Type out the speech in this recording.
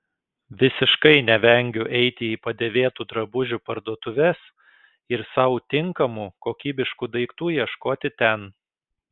visiškai nevengiu eiti į padėvėtų drabužių parduotuves ir sau tinkamų kokybiškų daiktų ieškoti ten